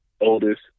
oldest